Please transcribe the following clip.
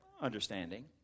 Understanding